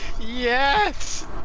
Yes